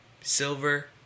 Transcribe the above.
silver